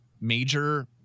major